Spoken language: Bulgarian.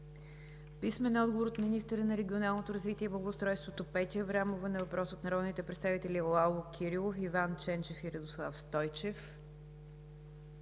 Лало Кирилов; - министъра на регионалното развитие и благоустройството Петя Аврамова на въпрос от народните представители Лало Кирилов, Иван Ченчев и Радослав Стойчев;